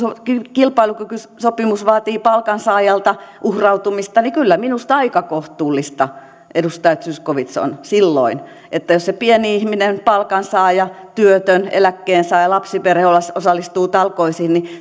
kilpailukykysopimus vaatii palkansaajalta uhrautumista kyllä minusta aika kohtuullista edustaja zyskowicz on silloin se että jos se pieni ihminen palkansaaja työtön eläkkeensaaja lapsiperhe osallistuu talkoisiin niin